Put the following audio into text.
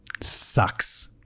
Sucks